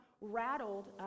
rattled